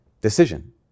decision